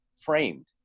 framed